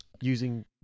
using